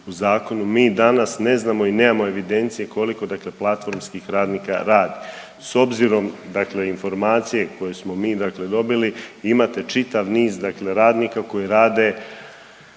u zakonu. Mi danas ne znamo i nemamo evidencije koliko dakle platformskih radnika radi. S obzirom dakle informacije koje smo mi dakle dobili imate čitav niz dakle radnika koji rade